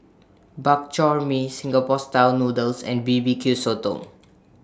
Bak Chor Mee Singapore Style Noodles and B B Q Sotong